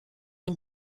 den